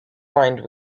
lined